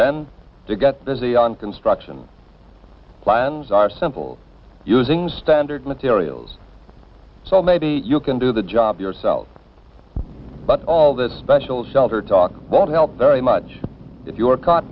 then to get busy on construction plans are simple using standard materials so maybe you can do the job yourself but all the special shelter talk won't help very much if you are caught